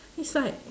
it's like